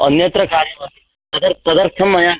अन्यत्र कार्यम् अस्ति तदर्थं तदर्थं मया